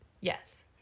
Yes